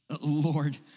Lord